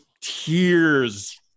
tears